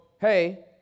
hey